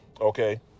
Okay